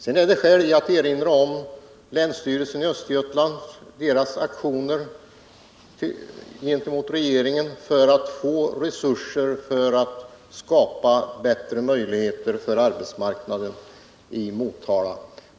Sedan finns det skäl att erinra om länsstyrelsens i Östergötland aktioner och framställningar till regeringen för att få resurser att skapa bättre möjligheter för arbetsmarknaden i Motala.